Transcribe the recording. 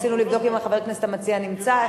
ניסינו לבדוק אם חבר הכנסת המציע נמצא.